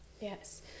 Yes